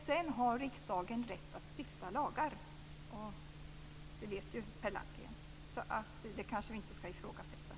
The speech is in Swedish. Sedan har riksdagen rätt att stifta lagar. Det vet ju Per Landgren. Det kanske vi inte ska ifrågasätta.